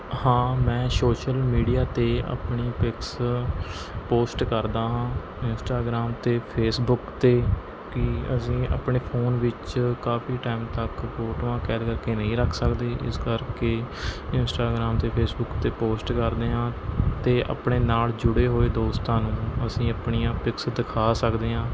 ਹਾਂ ਮੈਂ social media 'ਤੇ ਆਪਣੀ ਪਿਕਸ ਪੋਸਟ ਕਰਦਾ ਹਾਂ ਇੰਸਟਾਗ੍ਰਾਮ 'ਤੇ ਫੇਸਬੁੱਕ 'ਤੇ ਕਿ ਅਸੀਂ ਆਪਣੇ ਫ਼ੋਨ ਵਿੱਚ ਕਾਫੀ ਟਾਈਮ ਤੱਕ ਫੋਟੋਆਂ ਕੈਰੀ ਕਰ ਕਰਕੇ ਨਹੀਂ ਰੱਖ ਸਕਦੇ ਇਸ ਕਰਕੇ ਇੰਸਟਾਗ੍ਰਾਮ 'ਤੇ ਫੇਸਬੁੱਕ 'ਤੇ ਪੋਸਟ ਕਰਦੇ ਹਾਂ ਅਤੇ ਆਪਣੇ ਨਾਲ਼ ਜੁੜੇ ਹੋਏ ਦੋਸਤਾਂ ਨੂੰ ਅਸੀਂ ਆਪਣੀਆਂ ਪਿਕਸ ਦਿਖਾ ਸਕਦੇ ਹਾਂ